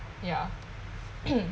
ya